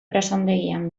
presondegian